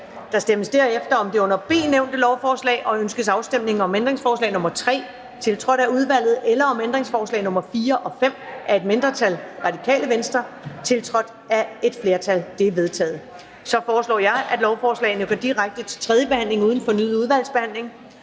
Der stemmes derefter om det under B nævnte lovforslag: Ønskes afstemning om ændringsforslag nr. 3, tiltrådt af udvalget, eller om ændringsforslag nr. 4 og 5 af et mindretal (RV), tiltrådt af et flertal (det øvrige udvalg)? De er vedtaget. Jeg foreslår, at lovforslagene går direkte til tredje behandling uden fornyet udvalgsbehandling.